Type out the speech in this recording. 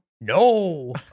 No